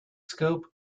scope